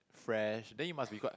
fresh then you must be quite